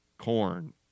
Corn